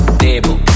table